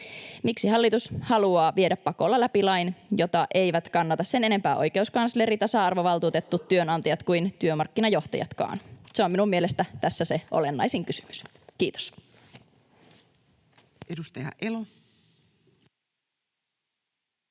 Miksi hallitus haluaa viedä pakolla läpi lain, jota eivät kannata sen enempää oikeuskansleri, tasa-arvovaltuutettu, työnantajat kuin työmarkkinajohtajatkaan? Se on minun mielestäni tässä se olennaisin kysymys. — Kiitos.